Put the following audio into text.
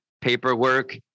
paperwork